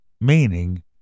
meaning